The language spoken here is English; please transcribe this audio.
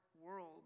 world